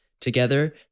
Together